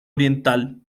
oriental